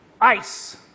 ice